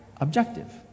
objective